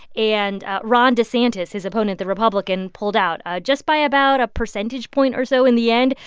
and ron desantis, his opponent the republican pulled out just by about a percentage point or so in the end.